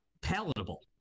palatable